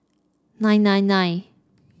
nine nine nine